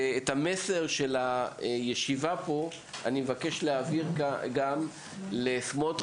ואת המסר של הישיבה פה אני מבקש להעביר גם לסמוטריץ'.